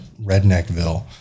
redneckville